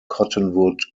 cottonwood